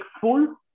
full